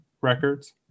records